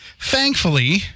thankfully